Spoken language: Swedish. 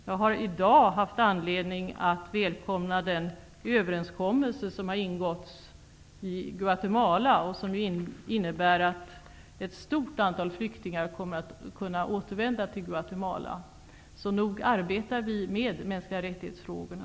Jag har i dag haft anledning att välkomna den överenskommelse som har ingåtts i Guatemala och som innebär att ett stort antal flyktingar kommer att kunna återvända dit. Vi arbetar alltså med frågorna om de mänskliga rättigheterna.